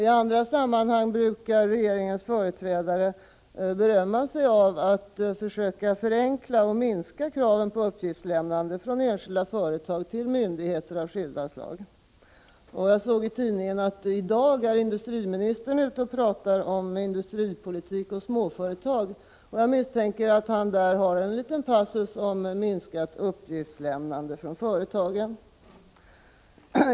I andra sammanhang brukar regeringens företrädare berömma sig av att försöka förenkla och minska kraven på uppgiftslämnande från enskilda företag till myndigheter av skilda slag. Jag såg i en tidning att industriministern i dag är ute och talar om industripolitik och småföretag, och jag misstänker att han då har med en liten passus om minskat uppgiftslämnande från företagen.